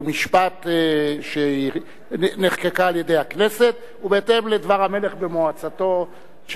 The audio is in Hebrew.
ומשפט שנחקקה על-ידי הכנסת ובהתאם לדבר המלך במועצתו.